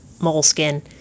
moleskin